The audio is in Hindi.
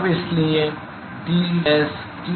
अब इसलिए Ts Tsat से छोटा है